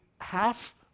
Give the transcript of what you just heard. half